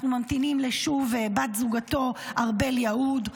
אנחנו ממתינים לשוב בת זוגו ארבל יהוד,